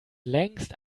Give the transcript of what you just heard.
längst